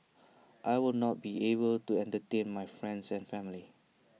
I will not be able to entertain my friends and family